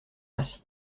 rassis